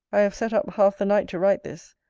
i have set up half the night to write this.